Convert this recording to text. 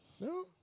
No